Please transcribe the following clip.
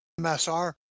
MSR